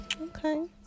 Okay